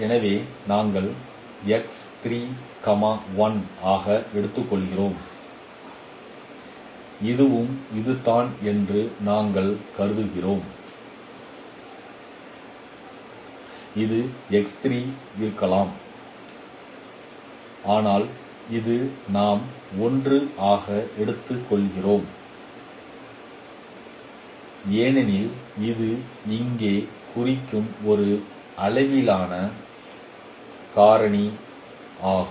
எனவே நாங்கள் 1 ஆக எடுத்துக்கொள்கிறோம் இதுவும் இதுதான் என்று நாங்கள் கருதுகிறோம் இது இருக்கலாம் ஆனால் இது நாம் 1 ஆக எடுத்துக்கொள்கிறோம் ஏனெனில் இது இங்கே குறிக்கும் ஒரு அளவிலான காரணியாகும்